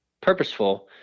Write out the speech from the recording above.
purposeful